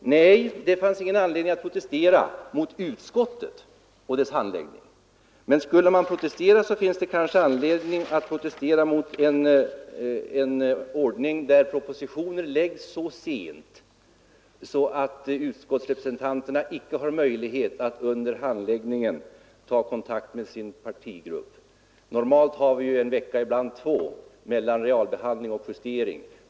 Nej, det fanns ingen anledning att protestera mot utskottets handläggning. Skulle vi ha protesterat, så fanns det kanske anledning att göra det mot en ordning där propositioner framläggs så sent att utskottsledamöterna inte har någon möjlighet att under handläggningen ta kontakt med sin partigrupp. Normalt har vi ju en vecka, ibland två veckor, mellan realbehandling och justering.